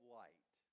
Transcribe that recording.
light